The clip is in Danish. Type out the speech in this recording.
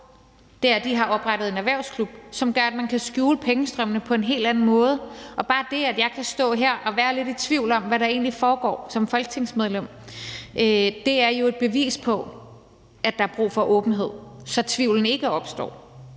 gjort, er, de har oprettet en erhvervsklub, som gør, at man kan skjule pengestrømmene på en helt anden måde, og bare det, at jeg kan stå her som folketingsmedlem og være lidt i tvivl om, hvad der egentlig foregår, er jo et bevis på, at der er brug for åbenhed, så tvivlen ikke opstår.